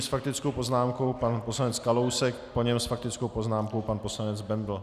Nyní s faktickou poznámkou pan poslanec Kalousek, po něm s faktickou poznámkou pan poslanec Bendl.